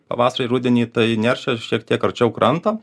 pavasarį ir rudenį tai neršia šiek tiek arčiau kranto